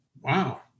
Wow